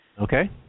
Okay